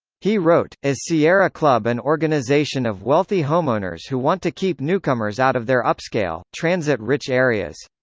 he wrote, is sierra club an organization of wealthy homeowners who want to keep newcomers out of their upscale, transit-rich areas?